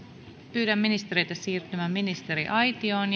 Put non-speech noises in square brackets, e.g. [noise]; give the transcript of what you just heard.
pyydän ministereitä siirtymään ministeriaitioon [unintelligible]